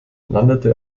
landete